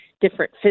different